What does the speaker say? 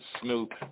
Snoop